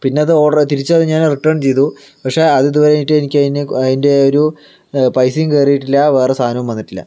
പിന്നെ അത് ഓർഡർ തിരിച്ചത് ഞാൻ റിട്ടേൺ ചെയ്തു പക്ഷെ അത് ഇത് വരെയായിട്ടും എനിക്ക് അതിന് അതിൻ്റെയൊരു പൈസയും കയറിയിട്ടില്ല വേറെ സാധനവും വന്നിട്ടില്ല